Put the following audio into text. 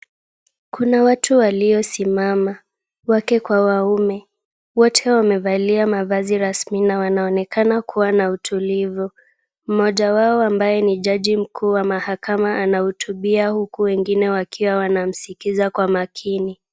Kuna watu walio simama, wake kwa waume wote wamevalia mavazi rasmi na wanaonekana kuwa na utulivu, mmoja wao ambaye ni jaji mkuu wa mahakama anahutubia huku wengine wanamsikisa kwa makini.